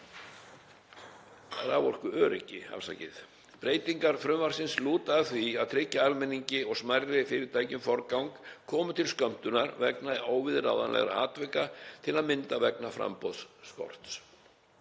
raforkuöryggi. Breytingar frumvarpsins lúta að því að tryggja almenningi og smærri fyrirtækjum forgang komi til skömmtunar vegna óviðráðanlegra atvika, til að mynda vegna framboðsskorts.